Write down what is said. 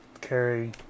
carry